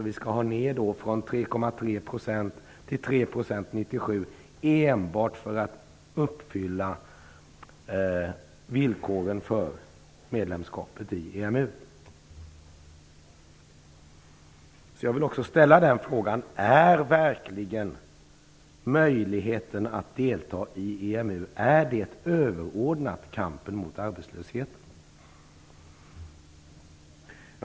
Vi skall ned från 3,3 % till 3 % 1997 enbart för att uppfylla villkoren för medlemskapet i Är möjligheten att delta i EMU verkligen överordnad kampen mot arbetslösheten?